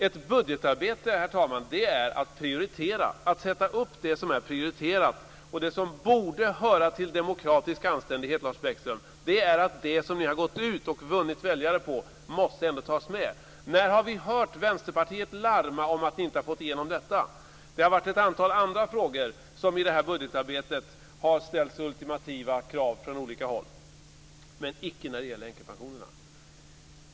Ett budgetarbete, herr talman, är att prioritera, att sätta upp det som är prioriterat. Det som borde höra till demokratisk anständighet, Lars Bäckström, är att det som ni har gått ut och vunnit väljare på ändå måste tas med. När har vi hört Vänsterpartiet larma om att ni inte har fått igenom detta? I ett antal andra frågor har det i det här budgetarbetet ställts ultimativa krav från olika håll, men icke när det gäller änkepensionerna.